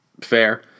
Fair